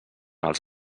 els